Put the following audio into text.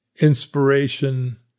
inspiration